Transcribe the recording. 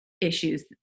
issues